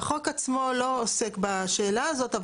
החוק עצמו לא עוסק בשאלה הזאת.